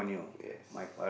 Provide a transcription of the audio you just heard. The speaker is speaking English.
yes